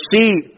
see